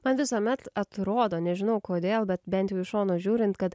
man visuomet atrodo nežinau kodėl bet bent jau iš šono žiūrint kad